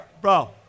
Bro